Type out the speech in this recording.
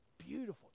beautiful